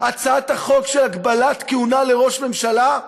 הצעת החוק להגבלת כהונה של ראש ממשלה?